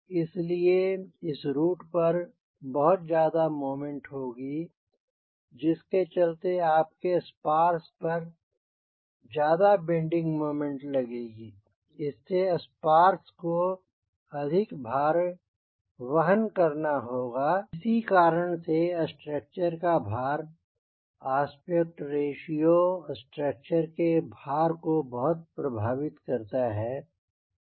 इस लिए इस रुट पर बहुत ज्यादा मोमेंट होगी जिसके चलते आपके स्पार्स पर ज्यादा बेन्डिंग मोमेंट लगेगी इससे स्पार्स को अधिक भार वहन करना होगा इसी कारण से स्ट्रक्चर का भार आस्पेक्ट रेश्यो स्ट्रक्चर के भार को बहुत प्रभावित करता है